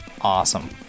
awesome